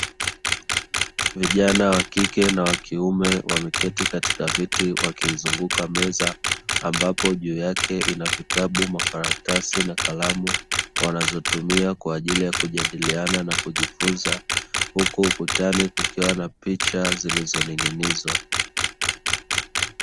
Vijana wa kike na wa kiume wameketi katika viti wakiizunguka meza ambapo juu yake ina vitabu, makaratasi na kalamu wanatumia kwa ajili ya kujadiliana na kujifunza huku ukutani kukiwa na picha zilizoning'inizwa.